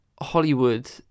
Hollywood